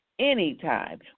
Anytime